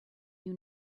you